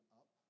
up